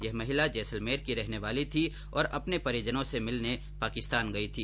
यह महिला जैसलमेर की रहने वाली थी और अपने परिजनों से मिलन पाकिस्तान गई थी